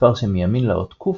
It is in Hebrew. המספר שמימין לאות ק'